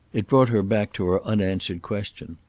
it brought her back to her unanswered question.